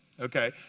Okay